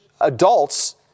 adults